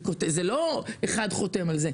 זה לא אחד חותם על זה.